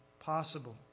possible